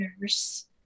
nurse